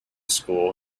school